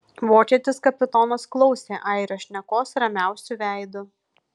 vokietis kapitonas klausė airio šnekos ramiausiu veidu